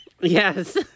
Yes